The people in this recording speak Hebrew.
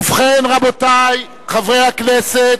ובכן, רבותי חברי הכנסת,